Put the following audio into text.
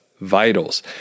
vitals